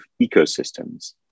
ecosystems